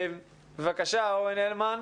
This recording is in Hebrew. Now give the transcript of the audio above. בבקשה, אורן הלמן.